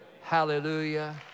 Hallelujah